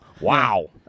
Wow